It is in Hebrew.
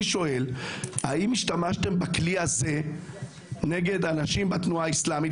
אני שואל האם השתמשתם בכלי הזה נגד אנשים בתנועה האסלאמית?